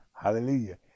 hallelujah